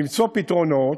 למצוא פתרונות,